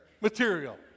material